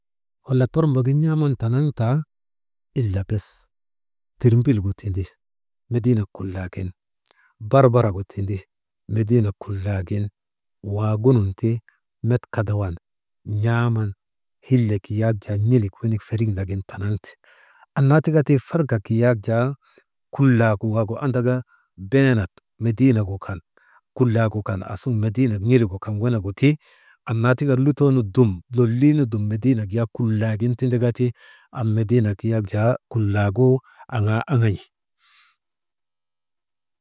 Wala tormbogin n̰aaman ndanŋtaa ille bes tirmbilgu tindi, mediinek kullagin barbaragu tindi, mediinek kullagin waagunun ti met kadawan hillek yak jaa n̰ilik wenik feriŋ nagin tanaŋte, annaa tika ti kullagu andaka beenak mediinek gu kan kulagu kan aasugun mediinek n̰ilik gu kan wenegu ti, annatika ti lutoo nu dum lolii nu dum mediinek yak kullagin tindikati am mediinek yak jaa kullagu aŋaa aŋan̰i.